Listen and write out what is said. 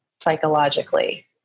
psychologically